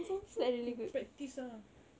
dia confirm got practise ah